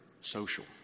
social